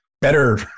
better